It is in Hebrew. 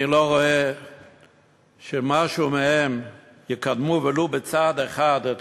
אני לא רואה שמשהו מהן יקדם ולו בצעד אחד את